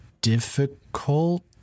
difficult